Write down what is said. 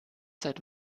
seit